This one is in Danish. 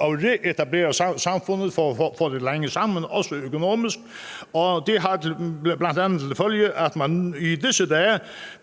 at reetablere samfundet for at få det lappet sammen, også økonomisk, og det har bl.a. til følge, at man i disse dage